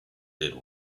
did